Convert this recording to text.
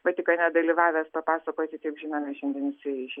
vatikane dalyvavęs papasakoti kaip žinom jis šiandien jisai